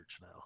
now